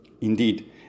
Indeed